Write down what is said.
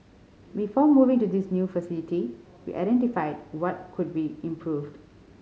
before moving to this new facility we identified what could be improved